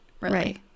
Right